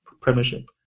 Premiership